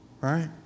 Right